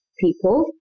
people